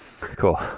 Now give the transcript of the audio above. Cool